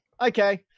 Okay